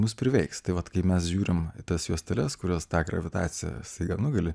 mus priveiks tai vat kai mes žiūrim tas juosteles kurios tą gravitacijos jėgą nugali